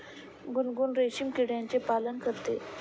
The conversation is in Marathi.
गुनगुन रेशीम किड्याचे पालन करते